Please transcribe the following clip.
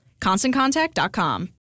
ConstantContact.com